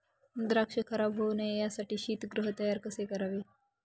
द्राक्ष खराब होऊ नये यासाठी शीतगृह तयार कसे करावे?